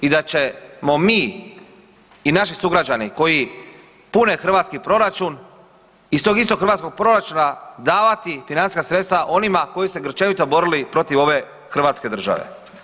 I da ćemo mi i naši sugrađani koji pune hrvatski proračun iz tog istog hrvatskog proračuna davati financijska sredstvima onima koji su se grčevito borili protiv ove hrvatske države.